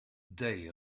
day